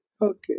Okay